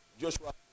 joshua